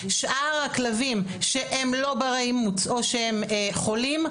שאר הכלבים שהם לא ברי אימוץ או שהם חולים,